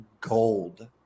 gold